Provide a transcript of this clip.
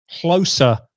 closer